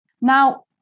Now